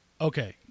Okay